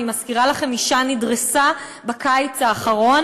אני מזכירה לכם: אישה נדרסה בקיץ האחרון